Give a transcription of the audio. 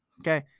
okay